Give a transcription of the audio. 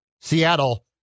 Seattle